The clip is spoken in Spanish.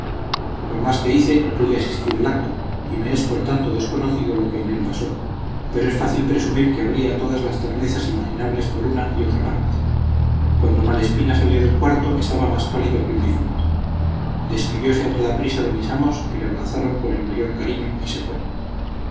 por más que hice no pude asistir al acto y me es por tanto desconocido lo que en él pasó pero es fácil presumir que habría todas las ternezas imaginables por una y otra parte cuando malespina salió del cuarto estaba más pálido que un difunto despidiose a toda prisa de mis amos que le abrazaron con el mayor cariño y se fue